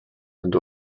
and